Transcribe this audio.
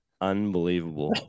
unbelievable